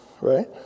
right